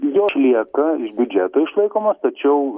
jos lieka iš biudžeto išlaikomos tačiau